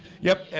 yep, and